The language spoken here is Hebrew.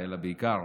אלא בעיקר